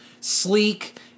sleek